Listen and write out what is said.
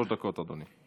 שלוש דקות, אדוני.